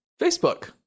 Facebook